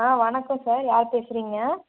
ஆ வணக்கம் சார் யார் பேசுகிறீங்க